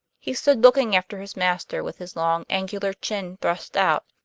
he stood looking after his master with his long, angular chin thrust out,